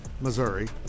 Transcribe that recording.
Missouri